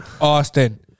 Austin